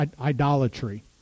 idolatry